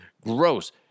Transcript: gross